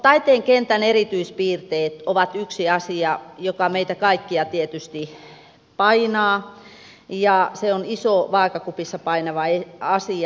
taiteen kentän erityispiirteet ovat yksi asia joka meitä kaikkia tietysti painaa ja se on iso vaakakupissa painava asia